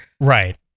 Right